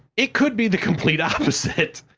it could be the complete opposite.